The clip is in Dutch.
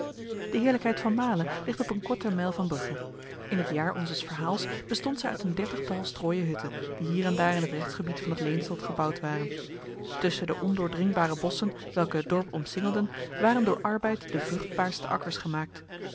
de heerlijkheid van male ligt op een korte mijl van brugge in het jaar onzes verhaals bestond zij uit een dertigtal strooien hutten die hier en daar in het rechtsgebied van het leenslot gebouwd waren tussen de ondoordringbare bossen welke het dorp omsingelden waren door arbeid de vruchtbaarste akkers gemaakt